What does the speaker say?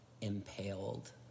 impaled